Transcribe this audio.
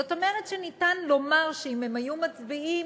זאת אומרת שניתן לומר שאם הם היו מצביעים